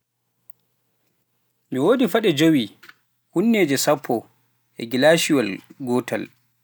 Mi woodi paɗe jowi, hunneeje sappo, e gilaaciwal gootal.